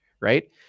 Right